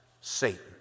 Satan